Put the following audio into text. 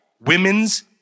Women's